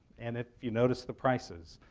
and if you notice the prices,